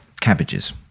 cabbages